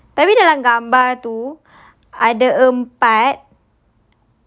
ah tapi dalam gambar tu ada empat